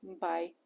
Bye